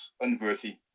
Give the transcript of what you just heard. unworthy